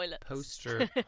poster